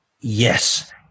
Yes